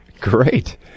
Great